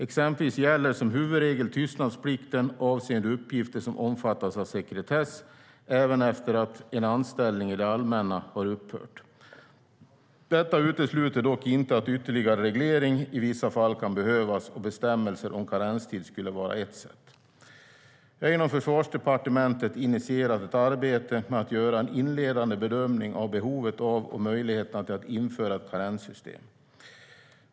Exempelvis gäller som huvudregel tystnadsplikten avseende uppgifter som omfattas av sekretess även efter att en anställning i det allmänna har upphört. Detta utesluter dock inte att ytterligare reglering i vissa fall kan behövas, och bestämmelser om karenstid skulle kunna vara ett sätt. Jag har inom Försvarsdepartementet initierat ett arbete med att göra en inledande bedömning av behovet av och möjligheterna till att införa ett karenssystem.